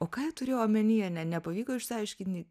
o ką jie turėjo omenyje ne nepavyko išsiaiškint nei